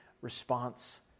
response